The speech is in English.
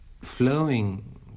flowing